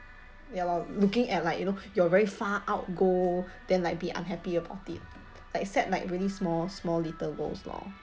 ya lor looking at like you know your very far out goal then like be unhappy about it accept like really small small little goals lor